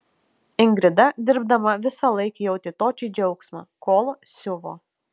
ingrida dirbdama visąlaik jautė tokį džiaugsmą kol siuvo